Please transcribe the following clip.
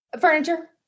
Furniture